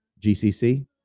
GCC